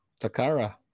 takara